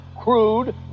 crude